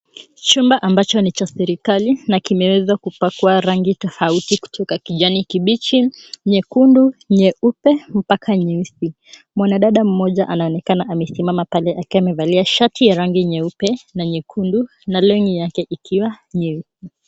Chumba ambacho ni cha serikali na kimeweza kupakwa rangi tofauti kutoka kijani kibichi, nyekundu, nyeupe mpaka nyeusi. Mwanadada mmoja anaonekana amesimama pale akiwa amevalia shati ya rangi nyeupe na nyekundu na longi ikiwa nyeusi.